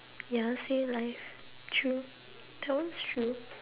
ya stay alive true that one's true